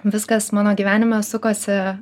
viskas mano gyvenime sukosi